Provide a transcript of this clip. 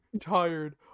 tired